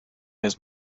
has